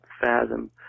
fathom